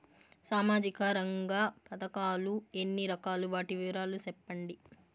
సామాజిక రంగ పథకాలు ఎన్ని రకాలు? వాటి వివరాలు సెప్పండి